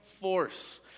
Force